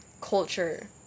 culture